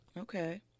Okay